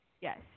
Yes